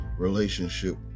relationship